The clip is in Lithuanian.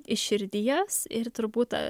iš širdies ir turbūt